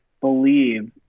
believe